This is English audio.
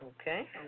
Okay